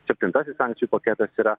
septintasis sankcijų paketas yra